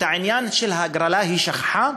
את העניין של ההגרלה היא שכחה.